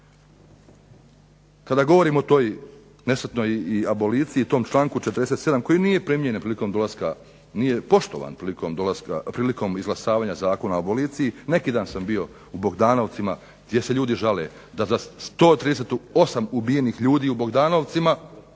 Kada govorim o toj nesretnoj aboliciji i tom članku 47. koji nije poštovan prilikom izglasavanja Zakona o aboliciji. Neki dan sam bio u Bogdanovcima gdje se ljudi žale, da za 138 ubijenih ljudi u Bogdanovcima